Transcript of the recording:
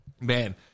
man